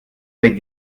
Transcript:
avec